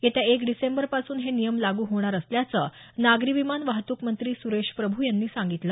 येत्या एक डिसेंबर पासून हे नियम लागू होणार असल्याचं नागरी विमान वाहतूक मंत्री सुरेश प्रभू यांनी सांगितलं